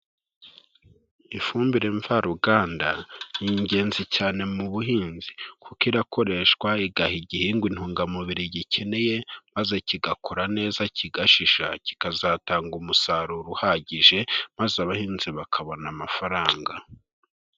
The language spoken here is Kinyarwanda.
Ifumbire mvaruganda ni ingenzi cyane mu buhinzi kuko irakoreshwa igaha igihingwa intungamubiri gikeneye, maze kigakora neza kigashisha, kikazatanga umusaruro uhagije maze abahinzi bakabona amafaranga.